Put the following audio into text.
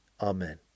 Amen